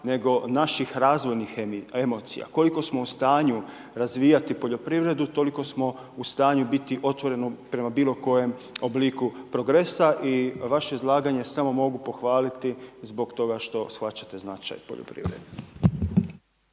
nego naših razvojnih emocija, koliko smo u stanju razvijati poljoprivredu, toliko smo u stanju biti otvoreni prema bilo kojem obliku progresa i vaše izlaganje samo mogu pohvaliti zbog toga što shvaćate značaj poljoprivrede.